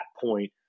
point